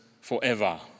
forever